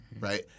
right